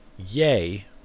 Yay